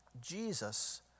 Jesus